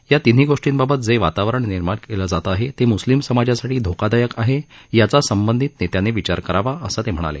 या तिन्ही गोर्ष्टीबाबत जे वातावरण निर्माण केलं जात आहे ते मुस्लिम समाजासाठी धोकादायक आहे याचा संबंधित नेत्यांनी विचार करावा असं ते म्हणाले